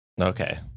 Okay